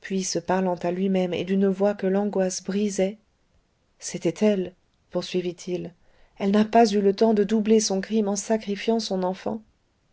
puis se parlant à lui-même et d'une voix que l'angoisse brisait c'était elle poursuivit-il elle n'a pas eu le temps de doubler son crime en sacrifiant son enfant